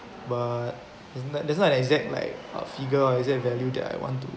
but that's not that's not an exact like uh figure it is a value that I want to